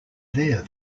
there